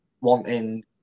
wanting